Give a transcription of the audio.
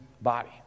body